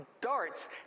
darts